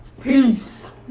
peace